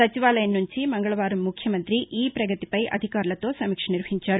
సచివాలయం నుంచి మంగళవారం ముఖ్యమంత్రి ఈ పగతిపై అధికారులతో సమీక్ష నిర్వహించారు